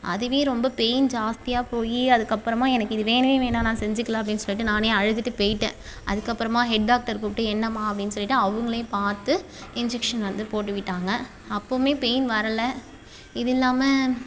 அதுவே ரொம்ப பெயின் ஜாஸ்தியாக போய் அதற்கப்பறமா எனக்கு இது வேணவே வேணாம் நான் செஞ்சுக்கில அப்படின்னு சொல்லிவிட்டு நானே அழுதுகிட்டு போய்ட்டேன் அதற்கப்பறமா ஹெட் டாக்டர் கூப்பிட்டு என்னமா அப்படின்னு சொல்லிவிட்டு அவங்களே பார்த்து இன்ஜெக்ஷன் வந்து போட்டு விட்டாங்க அப்போவுமே பெயின் வரல இது இல்லாமல்